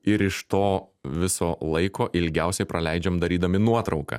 ir iš to viso laiko ilgiausiai praleidžiam darydami nuotrauką